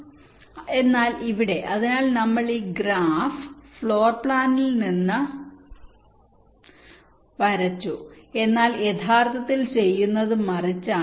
എന്നാൽ ഇവിടെ അതിനാൽ നമ്മൾ ഈ ഗ്രാഫ് ഫ്ലോർ പ്ലാനിൽ നിന്ന് വരച്ചു എന്നാൽ യഥാർത്ഥത്തിൽ ചെയ്യുന്നത് മറിച്ചാണ്